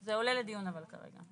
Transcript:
זה עולה לדיון אבל כרגע.